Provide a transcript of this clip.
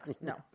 no